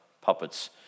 puppets